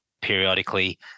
periodically